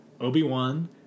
Obi-Wan